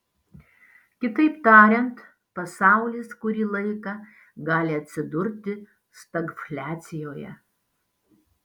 kitaip tariant pasaulis kurį laiką gali atsidurti stagfliacijoje